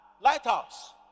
lighthouse